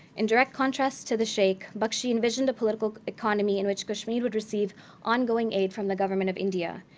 in direct contrast to the sheikh, bakshi envisioned a political economy in which kashmir would receive ongoing aid from the government of india.